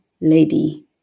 lady